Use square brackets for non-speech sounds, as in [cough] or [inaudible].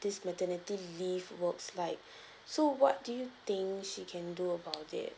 this maternity leave works like [breath] so what do you think she can do about it